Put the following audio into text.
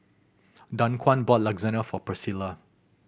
Daquan bought Lasagna for Priscila